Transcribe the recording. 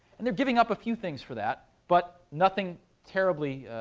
and they're giving up a few things for that, but nothing terribly